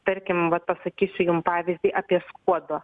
tarkim vat pasakysiu jum pavyzdį apie skuodo